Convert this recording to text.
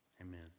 Amen